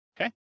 Okay